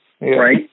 right